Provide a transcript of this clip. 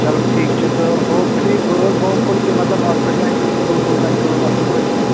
چلو ٹھیٖک چھُ تہٕ ہوپفُلی بہٕ روزٕ ہوپفُل کہِ مطلب اَتھ پٮ۪ٹھ لَگہِ أکِس دۄن دۄن تانۍ کٲم اَصٕل پٲٹھۍ